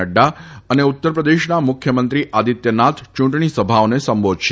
નડૃા અને ઉત્તર પ્રદેશના મુખ્યમંત્રી આદિત્યનાથ યુંટણી સભાઓને સંબોધશે